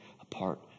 apart